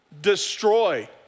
destroy